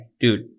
dude